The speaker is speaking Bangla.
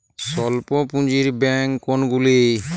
স্বল্প পুজিঁর ব্যাঙ্ক কোনগুলি?